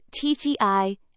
TGI